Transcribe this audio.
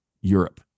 Europe